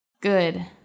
Good